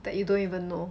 that you don't even know